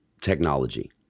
technology